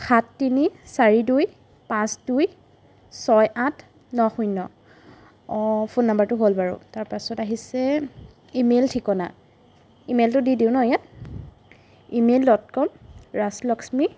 সাত তিনি চাৰি দুই পাঁচ দুই ছয় আঠ ন শূন্য অঁ ফোন নাম্বাৰটো হ'ল বাৰু তাৰপাছত আহিছে ইমেইল ঠিকনা ইমেইলটো দি দিওঁ ন ইয়াত ইমেইল ডট ক'ম ৰাজলক্ষ্মী